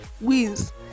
wins